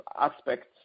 aspects